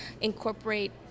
incorporate